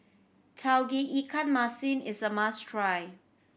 Tauge Ikan Masin is a must try